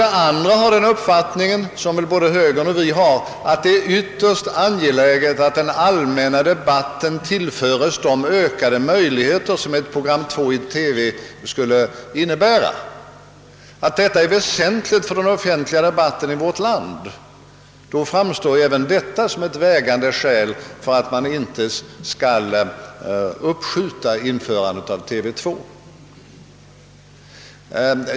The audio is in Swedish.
Ett annat vägande skäl för att inte uppskjuta införandet är att ett program 2 i TV skulle vara väsentligt för den offentliga debatten i vårt land. Jag tror att både högern och vi ur den synpunkten anser det ytterst angeläget med ett program 2 i TV.